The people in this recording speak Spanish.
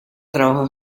trabajo